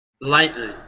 Lightly